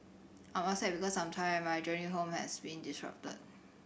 I'm upset because I'm tired and my journey home has been disrupted